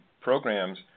programs